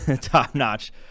top-notch